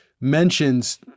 mentions